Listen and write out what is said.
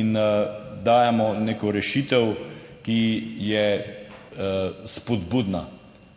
in dajemo neko rešitev, ki je spodbudna.